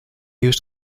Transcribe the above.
used